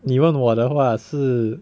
你问我的话是